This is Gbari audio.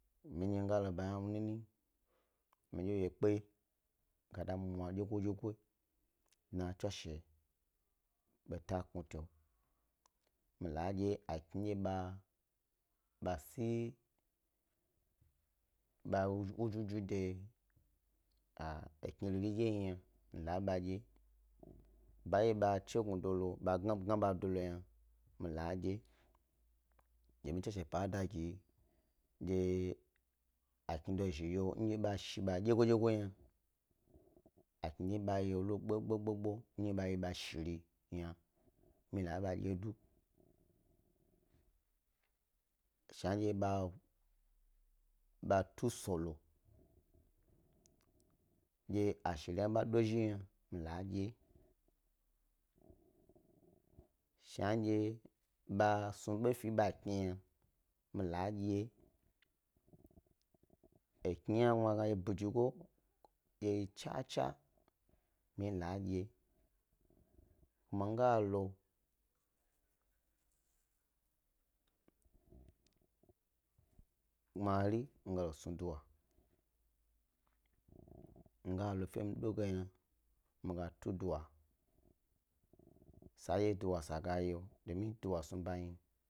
Ndye nyi, mi ga lo ba ha nini, mi dye yekpe ga da mwna dyegodyego dna tswashe beta knuti mi la dye a kni ndye ɓa ba sni ba wu juju de akni riri dye yna mi la ba dye wye bandye ba chne gnada, gna ba do lo yna mi la dye, domin tswashe pa a da giyi dye akni do zhi yon dye ba shni ba dyegodyego gna akni dye ba yolo gbo-gbo-gbo dye ba yi ba shiri yna mi ye mi la ba dye du, shni dye tu sala dye a sheri hna ba do zhi yna, mi la dye shnadye ba zna bo fe e bakni yna mi la dyewye du. A kni hana mi wo a gnadye bidugo dye yi cha-cha, mi ye mi la dye kuma mi galo, gbmari mi ga lo snu duwa, fe mi do ga yna mi ga tu dawa sandye duwa sag a yo se yna domin dowu snub a yin.